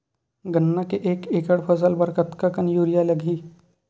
गन्ना के एक एकड़ फसल बर कतका कन यूरिया लगही?